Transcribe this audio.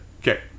okay